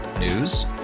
News